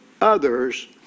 others